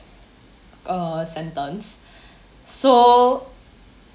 uh sentence so